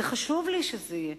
חשוב לי שזה יהיה,